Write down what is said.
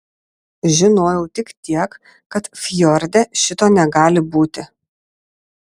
žinojau tik tiek kad fjorde šito negali būti